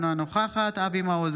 אינה נוכחת אבי מעוז,